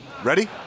Ready